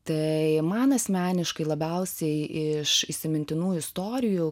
tai man asmeniškai labiausiai iš įsimintinų istorijų